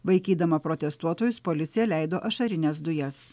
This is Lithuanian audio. vaikydama protestuotojus policija leido ašarines dujas